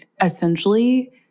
essentially